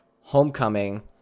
Homecoming